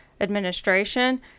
administration